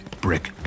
brick